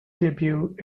debut